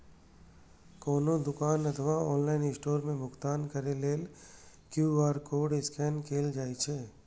कोनो दुकान अथवा ऑनलाइन स्टोर मे भुगतान करै लेल क्यू.आर कोड स्कैन कैल जाइ छै